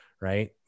right